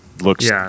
looks